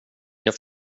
jag